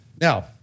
Now